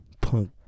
Punk